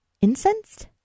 Incensed